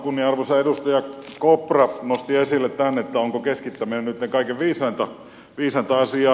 kunnianarvoisa edustaja kopra nosti esille tämän onko keskittäminen nyt kaikein viisainta asiaa